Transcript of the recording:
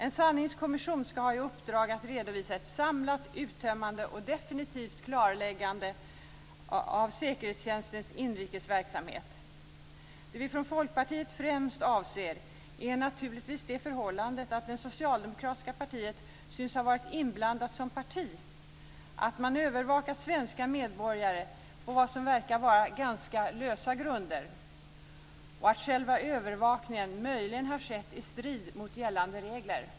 En sanningskommission ska ha i uppdrag att redovisa ett samlat, uttömmande och definitivt klarläggande av säkerhetstjänstens inrikes verksamhet. Det vi från Folkpartiet främst avser är naturligtvis det förhållandet att det socialdemokratiska partiet syns ha varit inblandat som parti, att man har övervakat svenska medborgare på vad som verkar vara ganska lösa grunder och att själva övervakningen möjligen har skett i strid mot gällande regler.